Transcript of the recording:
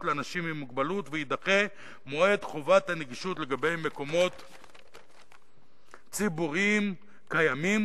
לאנשים עם מוגבלות ויידחה מועד חובת הנגישות לגבי מקומות ציבוריים קיימים,